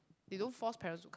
they don't force parents to